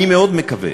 אני מאוד מקווה